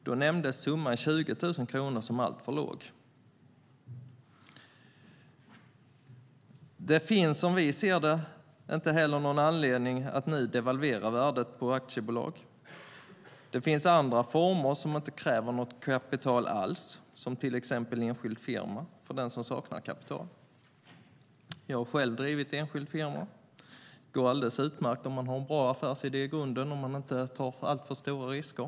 Då nämndes summan 20 000 kronor som alltför låg. Som vi ser det finns det inte heller någon anledning att nu devalvera värdet på aktiebolag. Det finns andra företagsformer som inte kräver något kapital alls, till exempel enskild firma, för den som saknar kapital. Jag har själv drivit enskild firma. Det går alldeles utmärkt om man har en bra affärsidé i grunden och om man inte tar alltför stora risker.